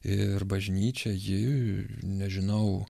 ir bažnyčia ji nežinau